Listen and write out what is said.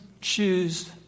choose